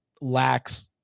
lacks